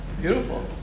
Beautiful